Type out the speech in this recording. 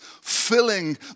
filling